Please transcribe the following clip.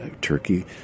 turkey